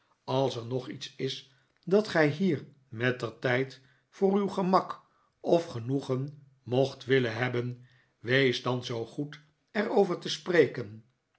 als er nog iets is dat gij hier mettertijd voor uw gemak of genoegen mocht willen hebben wees dan zoo goed er over te sprekein